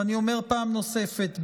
ואני אומר פעם נוספת,